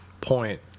point